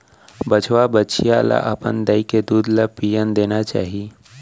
बछवा, बछिया ल अपन दाई के दूद ल पियन देना चाही